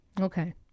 Okay